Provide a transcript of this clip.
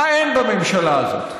מה אין בממשלה הזאת?